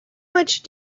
much